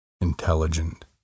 intelligent